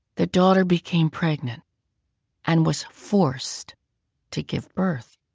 the daughter became pregnant and was forced to give birth.